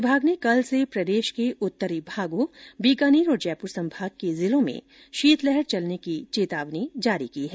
विभाग ने कल से प्रदेश के उत्तरी भागों बीकानेर और जयपुर संभाग के जिलों में शीतलहर चलने की चेतावनी जारी की है